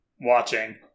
watching